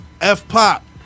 F-pop